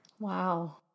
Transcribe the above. Wow